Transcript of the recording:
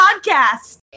podcast